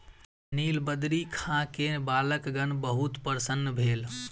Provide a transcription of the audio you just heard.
नीलबदरी खा के बालकगण बहुत प्रसन्न भेल